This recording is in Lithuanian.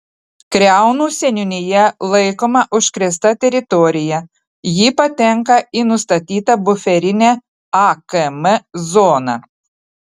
kriaunų seniūnija laikoma užkrėsta teritorija ji patenka į nustatytą buferinę akm zoną